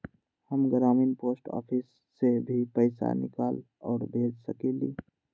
हम ग्रामीण post office से भी पैसा निकाल और भेज सकेली?